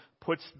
puts